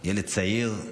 ילד צעיר.